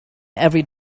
every